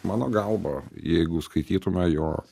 mano galva jeigu skaitytume jo